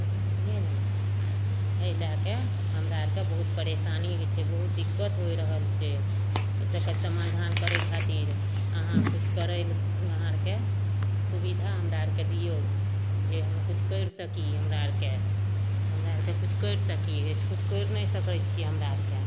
कोइ छैहे ने एहि लए कए हमरा आरके बहुत परेशानी होइ छै बहुत दिक्कत होइ रहल छै एहिसबके समाधान करै खातिर अहाँ किछु करै लए अहाँ आरके सुबिधा हमरा आरके दियौ जे हमहु किछु कैरि सकी हमरा आरके हमरा आरके किछु कैरि सकी जैसे किछु कैरि नहि सकै छी हमरा आरके